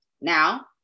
now